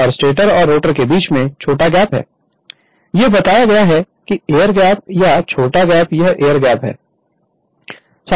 और स्टेटर और रोटर के बीच में छोटा गैप है यह बताया गया है कि एयर गैप यह छोटा गैप यह एयर गैप है